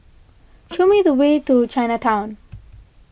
show me the way to Chinatown